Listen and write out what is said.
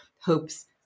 hopes